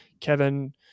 Kevin